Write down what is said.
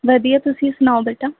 ਵਧੀਆ ਤੁਸੀਂ ਸੁਣਾਓ ਬੇਟਾ